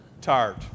Tired